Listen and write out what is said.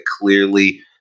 clearly